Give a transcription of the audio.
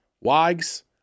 Wags